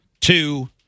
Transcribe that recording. two